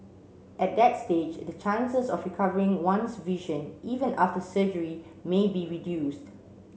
at that stage the chances of recovering one's vision even after surgery may be reduced